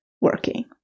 working